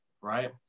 right